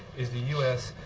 is the u s.